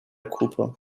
cooper